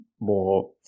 more